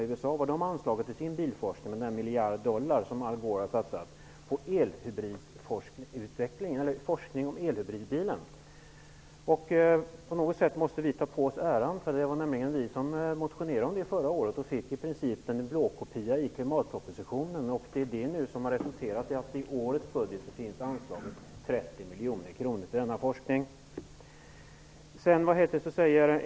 USA har anslagit 1 miljard dollar till forskning om elhybridbilen. Vi kan i någon mån ta åt oss äran av detta, eftersom det var vi som förra året motionerade härom. Förslaget i klimatpropositionen var i princip en blåkopia av motionens förslag, och det har i årets budget resulterat i 30 miljoner kronor till denna forskning.